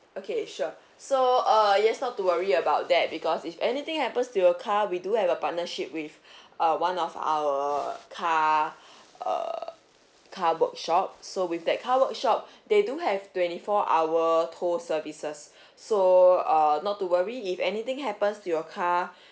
okay sure so err yes not to worry about that because if anything happens to your car we do have a partnership with uh one of our car err car workshop so with that car workshop they do have twenty four hour toll services so err not to worry if anything happens to your car